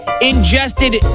ingested